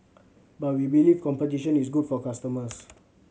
but we believe competition is good for customers